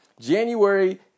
January